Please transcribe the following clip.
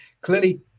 clearly